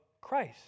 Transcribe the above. Christ